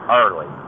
early